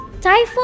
typhoon